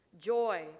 joy